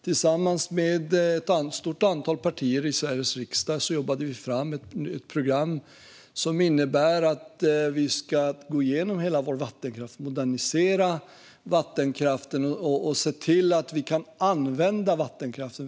Tillsammans med ett stort antal partier i Sveriges riksdag jobbade vi fram ett program som innebär att vi ska gå igenom hela vår vattenkraft och modernisera den och se till att vi kan använda den.